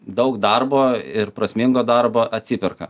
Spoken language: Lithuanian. daug darbo ir prasmingo darbo atsiperka